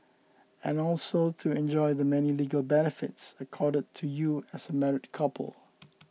and also to enjoy the many legal benefits accorded to you as a married couple